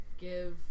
give